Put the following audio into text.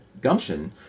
gumption